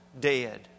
dead